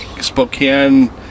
Spokane